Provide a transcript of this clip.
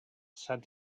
said